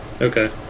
Okay